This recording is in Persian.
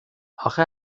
آخه